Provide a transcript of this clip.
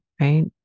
right